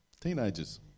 teenagers